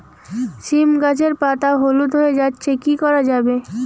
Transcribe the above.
সীম গাছের পাতা হলুদ হয়ে যাচ্ছে কি করা যাবে?